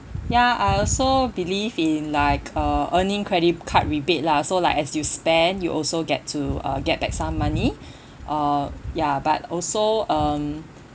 ya I also believe in like uh earning credit card rebate lah so like as you spend you also get to uh get back some money uh ya but also um